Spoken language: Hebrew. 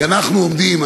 כי אנחנו עומדים,